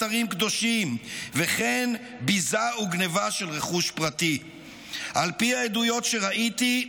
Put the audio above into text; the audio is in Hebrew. אתרים קדושים וכן ביזה וגנבה של רכוש פרטי"; "על פי העדויות שראיתי,